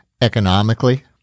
economically